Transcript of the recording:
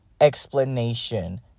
explanation